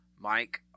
Mike